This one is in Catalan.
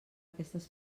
aquestes